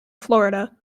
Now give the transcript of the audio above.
florida